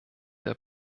der